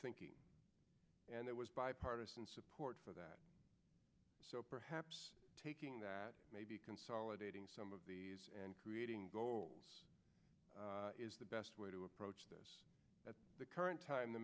development and it was bipartisan support for that so perhaps taking that maybe consolidating some of these and creating goals is the best way to approach this at the current time the